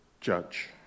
judge